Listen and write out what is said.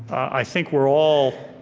i think we're all,